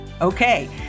Okay